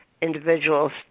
individuals